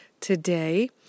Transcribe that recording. today